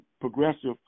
progressive